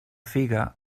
figa